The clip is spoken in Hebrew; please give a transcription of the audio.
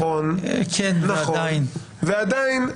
ועדיין,